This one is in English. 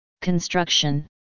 construction